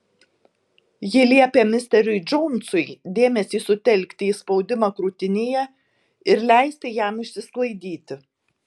ji liepė misteriui džonsui dėmesį sutelkti į spaudimą krūtinėje ir leisti jam išsisklaidyti